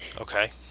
Okay